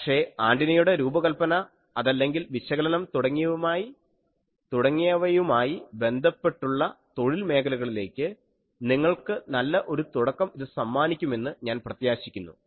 പക്ഷേ ആൻറിനയുടെ രൂപകല്പന അതല്ലെങ്കിൽ വിശകലനം തുടങ്ങിയവയുമായി ബന്ധപ്പെട്ടുള്ള തൊഴിൽ മേഖലകളിലേക്ക് നിങ്ങൾക്ക് നല്ല ഒരു തുടക്കം ഇത് സമ്മാനിക്കുമെന്ന് ഞാൻ പ്രത്യാശിക്കുന്നു